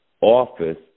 office